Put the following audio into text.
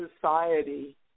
society